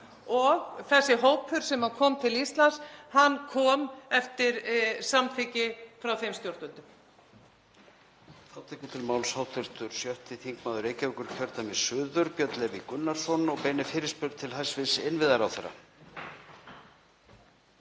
og þessi hópur sem kom til Íslands kom eftir samþykki frá þeim stjórnvöldum.